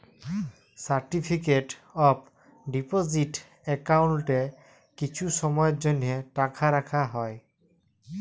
certificate of deposit একাউল্টে কিছু সময়ের জ্যনহে টাকা রাখা হ্যয়